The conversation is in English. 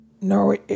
no